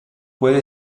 puede